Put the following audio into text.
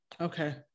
Okay